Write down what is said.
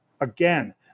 Again